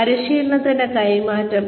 പരിശീലനത്തിന്റെ കൈമാറ്റം